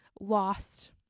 lost